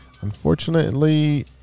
Unfortunately